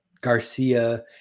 garcia